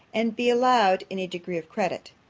and be allowed any degree of credit.